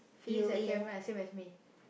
physics and chem ah same as me